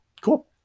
Cool